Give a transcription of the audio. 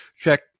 check